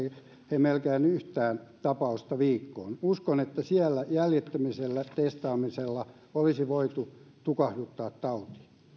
ei melkein yhtään tapausta viikkoon uskon että siellä jäljittämisellä ja testaamisella olisi voitu tukahduttaa tauti